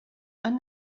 han